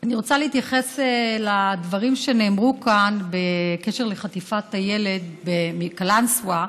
אני רוצה להתייחס לדברים שנאמרו כאן בקשר לחטיפת הילד מקלנסווה.